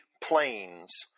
planes